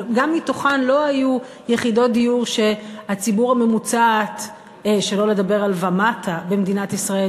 גם בתוכן לא היו יחידות דיור שהציבור הממוצעת במדינת ישראל,